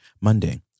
Monday